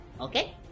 Okay